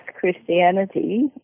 Christianity